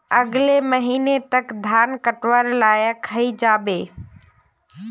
अगले महीने तक धान कटवार लायक हई जा बे